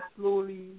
slowly